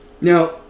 Now